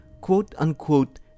quote-unquote